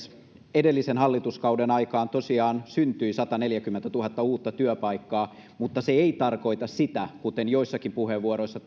edellisen hallituskauden aikaan tosiaan syntyi sataneljäkymmentätuhatta uutta työpaikkaa mutta se ei tarkoita sitä kuten joissakin puheenvuoroissa